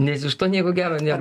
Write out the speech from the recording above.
nes iš to nieko gero nėra